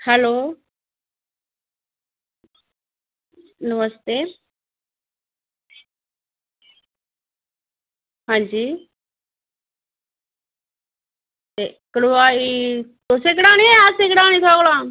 hello namaste हां जी ते कढ़ाई तुसें कढ़ानी जां असैं कढ़ानी थोआढञे कोला दा